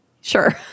Sure